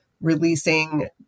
releasing